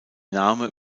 name